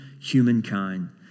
humankind